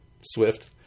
Swift